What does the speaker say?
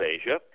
Asia